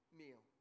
meal